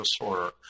disorder